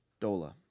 Dola